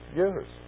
years